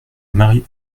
marie